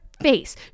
face